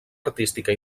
artística